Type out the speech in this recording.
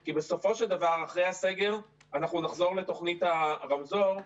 כי בסופו של דבר אחרי הסגר אנחנו נחזור לתוכנית הרמזור,